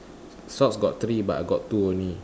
socks got three but I got two only